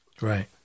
Right